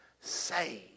Saved